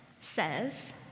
says